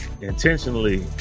intentionally